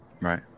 Right